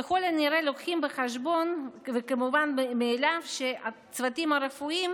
ככל הנראה לוקחים בחשבון וכמובן מאליו שהצוותים הרפואיים